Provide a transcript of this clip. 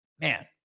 man